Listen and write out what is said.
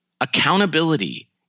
Accountability